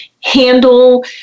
handle